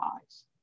eyes